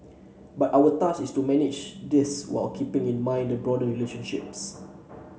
but our task is to manage this whilst keeping in mind the broader relationships